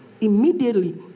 Immediately